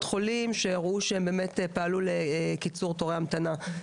חולים שהראו שהם באמת פעלו לקיצור תורי ההמתנה,